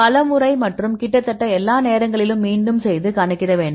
பல முறை மற்றும் கிட்டத்தட்ட எல்லா நேரங்களிலும் மீண்டும் செய்து கணக்கிட வேண்டும்